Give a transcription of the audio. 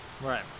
Right